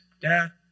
Dad